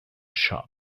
shop